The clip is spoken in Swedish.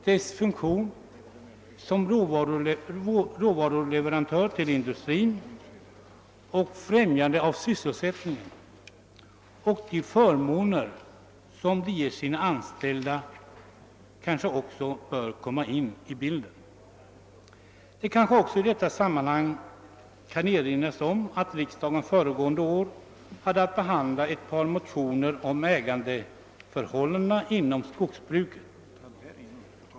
Dess funktion som råvaruleverantör till industrin, dess sysselsättningsfrämjande effekt och de förmåner som det ger sina anställda bör också tas med i bedömningen. Det kan också i detta sammanhang erinras om att riksdagen föregående år behandlade ett par motioner om ägandeförhållandena inom skogsbruket.